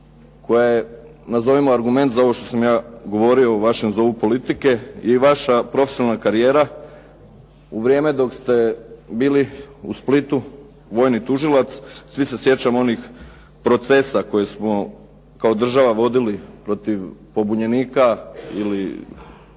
koja je nazovimo argument za ovo što sam ja govorio o vašem zovu politike i vaša profesionalna karijera. U vrijeme dok ste bili u Splitu vojni tužilac svi se sjećamo onih procesa koje smo kao država vodili protiv pobunjenika ili